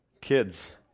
kids